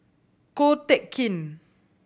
Ko Teck Kin